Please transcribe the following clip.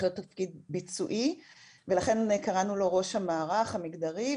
להיות תפקיד ביצועי ולכן קראנו לו "ראש המערך המגדרי"